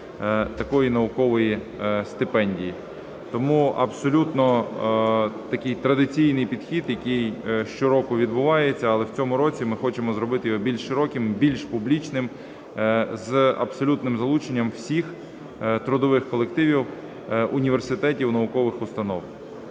такої наукової стипендії. Тому абсолютно такий традиційний підхід, який щороку відбувається, але в цьому році ми хочемо зробити його більш широким, більш публічним з абсолютним залученням всіх трудових колективів університетів і наукових установ.